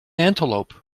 antelope